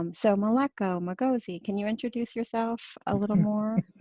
um so meleko mokgosi, can you introduce yourself a little more?